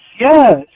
yes